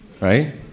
right